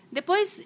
Depois